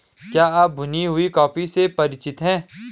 क्या आप भुनी हुई कॉफी से परिचित हैं?